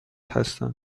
هستند